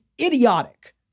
idiotic